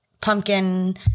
pumpkin